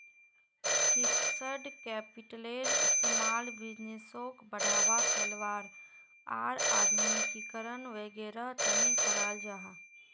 fixed कैपिटलेर इस्तेमाल बिज़नेसोक बढ़ावा, फैलावार आर आधुनिकीकरण वागैरहर तने कराल जाहा